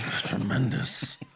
Tremendous